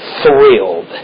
thrilled